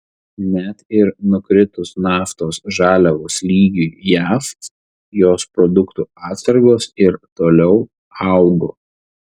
net ir nukritus naftos žaliavos lygiui jav jos produktų atsargos ir toliau augo